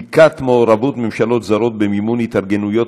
בדיקת מעורבות ממשלות זרות במימון התארגנויות